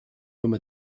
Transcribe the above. comme